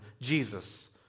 Jesus